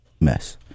mess